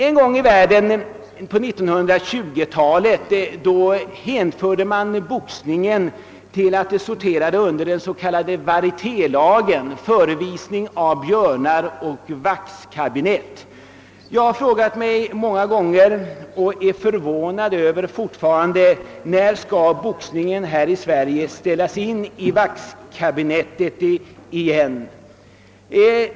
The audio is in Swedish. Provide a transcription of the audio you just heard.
En gång i världen, på 1920-talet, fick boxningen sortera under den s.k. varietélagen, som omfattade förevisning av björnar och vaxkabinett. Jag har många gånger frågat mig när boxningen här i Sverige skall ställas in i vaxkabinettet igen.